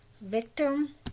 victim